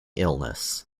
illness